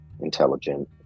intelligent